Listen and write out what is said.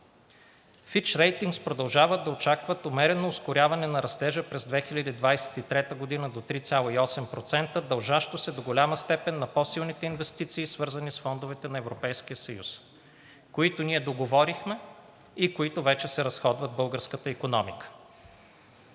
Fitch Ratings продължават да очакват умерено ускоряване на растежа през 2023 г. до 3,8%, дължащо се до голяма степен на по-силните инвестиции, свързани с фондовете на Европейския съюз, които ние договорихме и които вече се разходват в българската икономика.